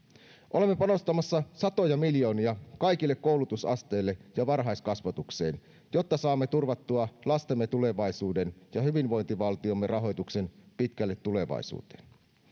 olemme panostamassa satoja miljoonia kaikille koulutusasteille ja varhaiskasvatukseen jotta saamme turvattua lastemme tulevaisuuden ja hyvinvointivaltiomme rahoituksen pitkälle tulevaisuuteen